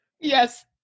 yes